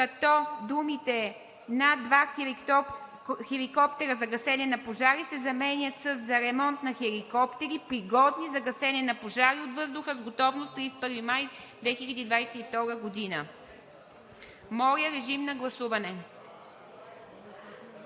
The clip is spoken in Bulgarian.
като думите „на два хеликоптера за гасене на пожари“ се заменят със „за ремонт на хеликоптери, пригодни за гасене на пожари от въздуха с готовност 31 май 2022 г.“ Гласували